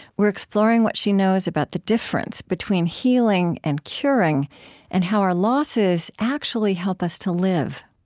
we're exploring what she knows about the difference between healing and curing and how our losses actually help us to live